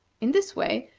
in this way,